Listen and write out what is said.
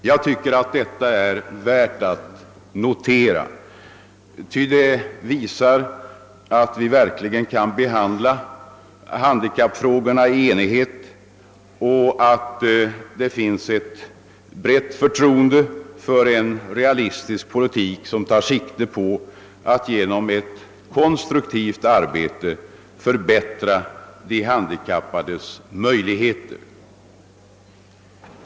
Jag tycker att det ta är värt att notera, ty det visar att vi verkligen kan behandla handikappfrågorna i enighet och att det finns ett brett förtroende för en realistisk politik som tar sikte på att genom konstruktivt arbete förbättra de handikappades möjligheter.